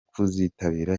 kuzitabira